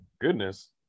goodness